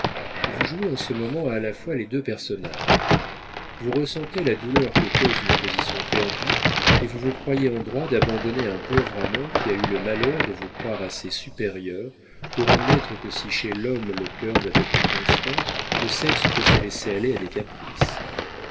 vous jouez en ce moment à la fois les deux personnages vous ressentez la douleur que cause une position perdue et vous vous croyez en droit d'abandonner un pauvre amant qui a eu le malheur de vous croire assez supérieure pour admettre que si chez l'homme le cœur doit être constant le sexe peut se laisser aller à des caprices